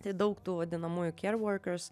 tai daug tų vadinamųjų kervorkers